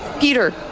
Peter